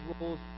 rules